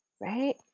right